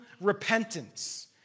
repentance